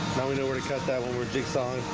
now we know where to cut that when we're jigsaw